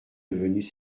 devenues